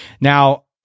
Now